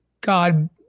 God